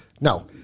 No